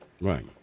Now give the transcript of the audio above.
Right